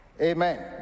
Amen